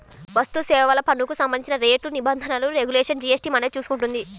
వస్తుసేవల పన్నుకు సంబంధించిన రేట్లు, నిబంధనలు, రెగ్యులేషన్లను జీఎస్టీ మండలి చూసుకుంటుంది